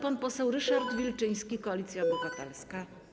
Pan poseł Ryszard Wilczyński, Koalicja Obywatelska.